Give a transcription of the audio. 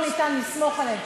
אי-אפשר לסמוך עליהם.